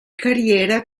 carriera